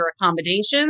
accommodations